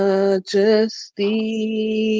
Majesty